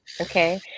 okay